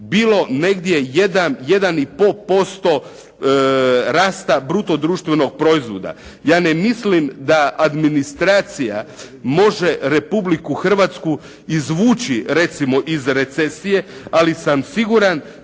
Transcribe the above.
bilo negdje 1,5% rasta bruto društvenog proizvoda. Ja ne mislim da administracija može Republiku Hrvatsku izvući recimo iz recesije, ali sam siguran